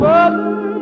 Mother